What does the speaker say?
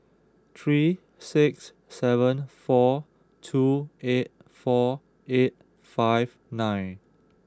three six seven four two eight four eight five nine